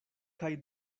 kaj